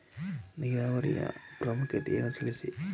ನೀರಾವರಿಯ ಪ್ರಾಮುಖ್ಯತೆ ಯನ್ನು ತಿಳಿಸಿ?